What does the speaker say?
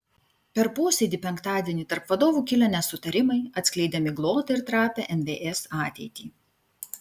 per posėdį penktadienį tarp vadovų kilę nesutarimai atskleidė miglotą ir trapią nvs ateitį